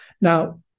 Now